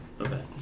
Okay